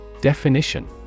Definition